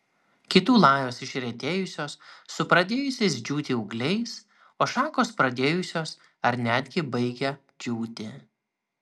kitų lajos išretėjusios su pradėjusiais džiūti ūgliais o šakos pradėjusios ar netgi baigia džiūti